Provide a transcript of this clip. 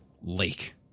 lake